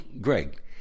Greg